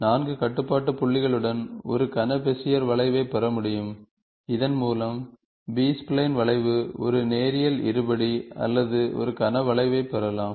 நான்கு கட்டுப்பாட்டு புள்ளிகளுடன் ஒரு கன பெசியர் வளைவைப் பெற முடியும் இதன் மூலம் பி ஸ்பைலைன் வளைவு ஒரு நேரியல் இருபடி அல்லது ஒரு கன வளைவைப் பெறலாம்